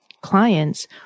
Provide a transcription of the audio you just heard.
clients